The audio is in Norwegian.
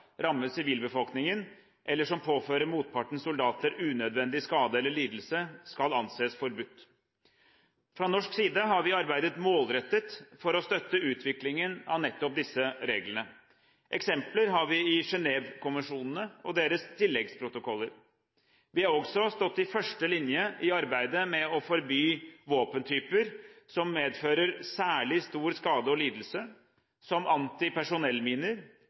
rammer sivilbefolkningen, eller som påfører motpartens soldater unødvendig skade eller lidelse, skal anses forbudt. Fra norsk side har vi arbeidet målrettet for å støtte utviklingen av nettopp disse reglene. Eksempler har vi i Genèvekonvensjonene og deres tilleggsprotokoller. Vi har også stått i første linje i arbeidet med å forby våpentyper som medfører særlig stor skade og lidelse, som antipersonellminer,